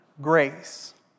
Grace